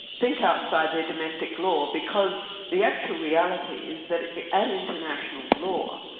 think outside their domestic law because the actual reality is that at international law,